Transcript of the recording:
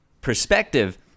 Perspective